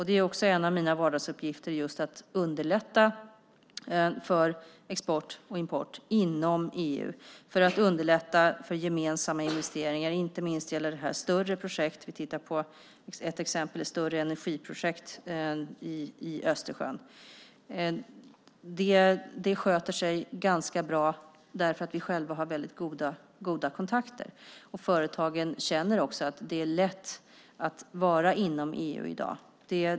Det är en av mina vardagsuppgifter att underlätta för export och import inom EU för att underlätta för gemensamma investeringar. Inte minst gäller det större projekt. Ett exempel är större energiprojekt i Östersjön. Det sköter sig ganska bra för att vi själva har väldigt goda kontakter. Företagen känner också att det är lätt att vara inom EU i dag.